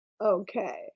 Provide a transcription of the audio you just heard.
Okay